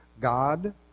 God